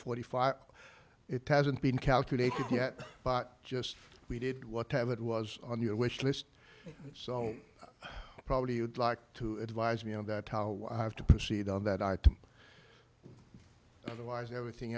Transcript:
forty five it hasn't been calculated yet but just we did whatever it was on your wish list so probably you would like to advise me on that how to proceed on that i to otherwise everything